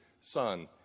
son